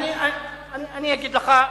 אני אגיד לך.